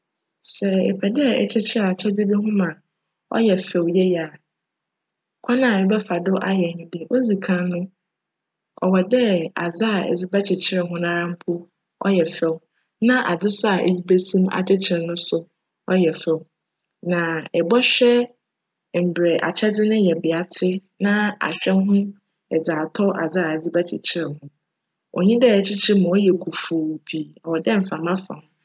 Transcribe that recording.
Sj epj dj ekyekyer akyjdze bi ho ma cyj fjw yie a, kwan a ebjfa do ayj nye dj, odzi kan no, cwc dj adze a edze bjkyekyer ho noara mpo cyj fjw na adze so a edze besi mu akyekyer no so cyj fjw. Na ibchwj mbrj akyjdze no ne yjbea tse na ahwj ho dze atc adze a edze bjkyekyer ho. Onnyi dj ekyekyer ma cyj kufuu pii, cwc dj mframa fa ho.